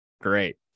Great